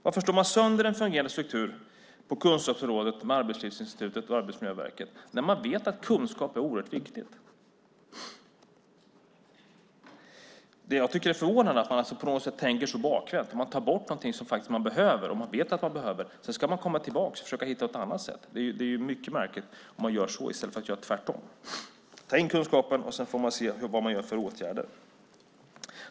Varför slår man sönder en fungerande struktur på kunskapsområdet på Arbetslivsinstitutet och Arbetsmiljöverket när man vet att kunskap är oerhört viktigt? Det är förvånande att man tänker så bakvänt, att man tar bort något som behövs, som man vet behövs, för att sedan komma tillbaka och försöka hitta något annat sätt. Det är mycket märkligt att göra så i stället för tvärtom, det vill säga ta in kunskapen och sedan se vilka åtgärder som vidtas.